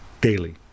daily